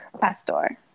pastor